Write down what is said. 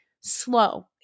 slow